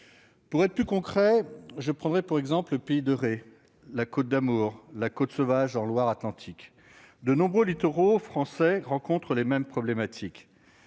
Pour être plus concret, je prendrai pour exemple le pays de Retz, la Côte d'Amour, la Côte sauvage. De nombreux littoraux français rencontrent les mêmes problématiques.